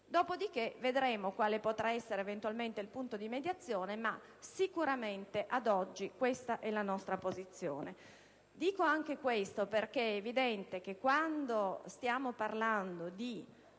Dopodiché, vedremo quale potrà essere eventualmente il punto di mediazione, ma ad oggi questa è la nostra posizione. Dico questo anche perché è evidente che quando parliamo di